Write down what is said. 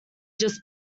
just